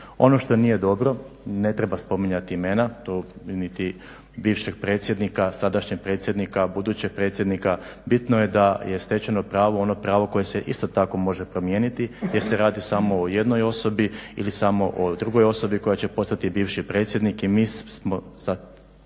Ono što nije dobro ne treba spominjati imena, tu niti bivšeg predsjednika, sadašnjeg predsjednika, budućeg predsjednika. Bitno je da je stečeno pravo ono pravo koje se isto tako može promijeniti jer se radi samo o jednoj osobi ili samo o drugoj osobi koja će postati bivši predsjednik. I mi smo